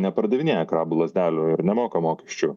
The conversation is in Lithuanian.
nepardavinėja krabų lazdelių ir nemoka mokesčių